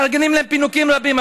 מארגנים להם פינוקים רבים.